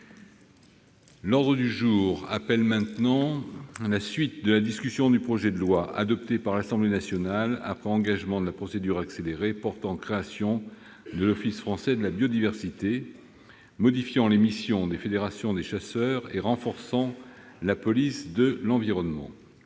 heure. Nous reprenons la discussion du projet de loi, adopté par l'Assemblée nationale après engagement de la procédure accélérée, portant création de l'Office français de la biodiversité, modifiant les missions des fédérations des chasseurs et renforçant la police de l'environnement.